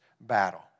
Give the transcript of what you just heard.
battle